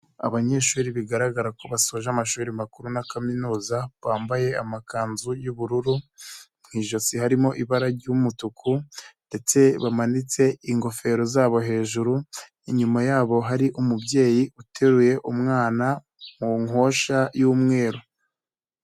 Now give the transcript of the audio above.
Abanyeshuri bigaragara ko basoje amashuri makuru na kaminuza bambaye amakanzu y'ubururu mu ijosi harimo ibara ry'umutuku ndetse bamanitse ingofero zabo hejuru, inyuma yabo hari umubyeyi uteruye umwana mu nkosha y'umweru.